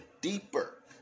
deeper